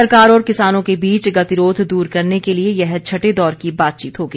सरकार और किसानों के बीच गतिरोध दूर करने के लिए यह छठे दौर की बातचीत होगी